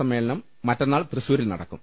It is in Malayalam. സമ്മേളനം മറ്റന്നാൾ തൃശൂരിൽ നടക്കും